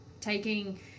taking